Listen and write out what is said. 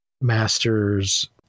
Masters